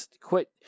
quit